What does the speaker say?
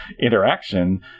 interaction